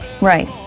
Right